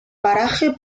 paraje